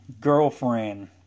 girlfriend